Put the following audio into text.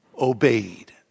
obeyed